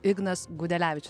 ignas gudelevičius